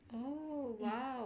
oh !wow!